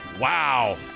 Wow